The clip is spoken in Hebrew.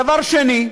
דבר שני,